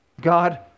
God